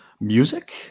music